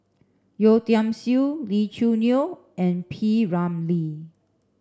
Yeo Tiam Siew Lee Choo Neo and P Ramlee